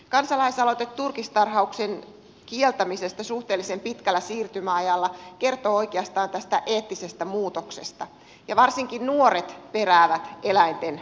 kansalaisaloite turkistarhauksen kieltämisestä suhteellisen pitkällä siirtymäajalla kertoo oikeastaan tästä eettisestä muutoksesta ja varsinkin nuoret peräävät eläinten oikeuksia